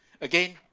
Again